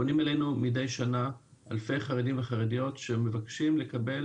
פונים אלינו מדי שנה אלפי חרדים וחרדיות שמבקשים לקבל